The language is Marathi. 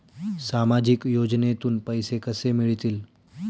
सामाजिक योजनेतून पैसे कसे मिळतील?